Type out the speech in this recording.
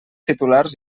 titulars